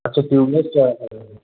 अच्छा tubeless tyre है